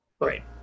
Right